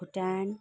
Bhutan